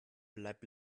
bleib